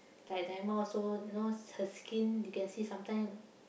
like Naimah also you know her skin you can see sometime